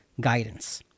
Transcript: guidance